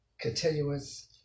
continuous